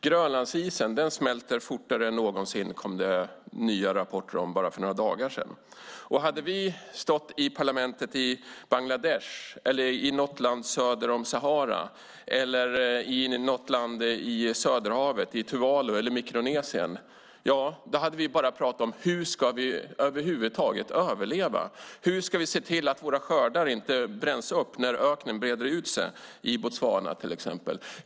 Grönlandsisen smälter fortare än någonsin, kom det nya rapporter om för bara några dagar sedan. Och hade vi stått i parlamentet i Bangladesh, i något land söder om Sahara eller i något land i Söderhavet, i Tuvalu eller Mikronesien, då hade vi bara pratat om hur vi över huvud taget ska överleva. Hur kan man till exempel se till att skördarna inte bränns upp när öknen breder ut sig i Botswana?